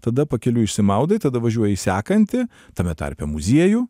tada pakeliui išsimaudai tada važiuoji į sekantį tame tarpe muziejų